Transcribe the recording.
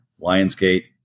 Lionsgate